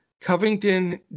Covington